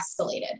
escalated